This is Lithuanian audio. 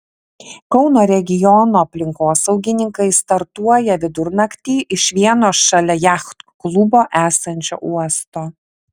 kauno regiono aplinkosaugininkai startuoja vidurnaktį iš vieno šalia jachtklubo esančio uosto